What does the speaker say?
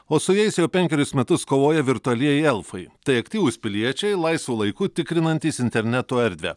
o su jais jau penkerius metus kovoja virtualieji elfai tai aktyvūs piliečiai laisvu laiku tikrinantys interneto erdvę